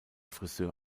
frisör